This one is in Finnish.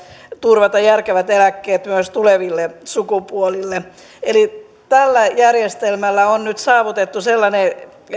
turvata järkevät eläkkeet myös tuleville sukupolville tällä järjestelmällä on nyt saavutettu sellainen